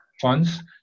funds